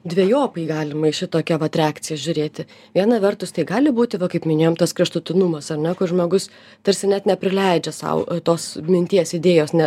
dvejopai galima į šitokią vat reakciją žiūrėti viena vertus tai gali būti va kaip minėjom tas kraštutinumas ar ne kur žmogus tarsi net neprileidžia sau tos minties idėjos ne